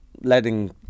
letting